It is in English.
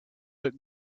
that